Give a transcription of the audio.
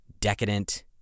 decadent